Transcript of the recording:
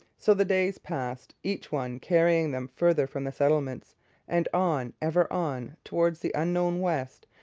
so the days passed, each one carrying them farther from the settlements and on, ever on, towards the unknown west,